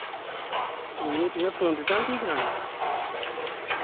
ए तुसैं फोन दित्ता हा नी ठीक कराने